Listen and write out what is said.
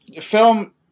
film